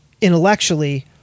intellectually